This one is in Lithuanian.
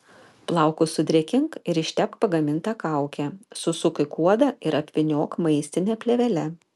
plaukus sudrėkink ir ištepk pagaminta kauke susuk į kuodą ir apvyniok maistine plėvele